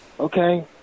Okay